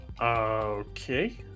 Okay